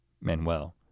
Manuel